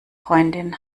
freundin